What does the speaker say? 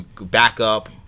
backup